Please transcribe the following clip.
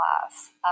class